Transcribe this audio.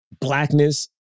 blackness